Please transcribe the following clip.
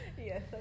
Yes